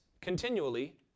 continually